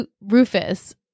Rufus